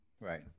Right